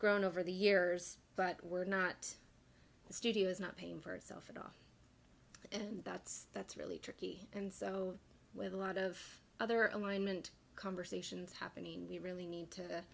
grown over the years but we're not the studios not paying for itself at all and that's that's really tricky and so with a lot of other alignment conversations happening we really need to